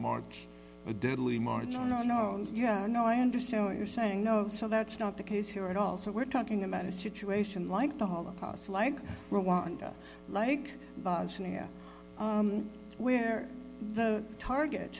march no no no no i understand what you're saying no so that's not the case here at all so we're talking about a situation like the holocaust like rwanda like bosnia where the target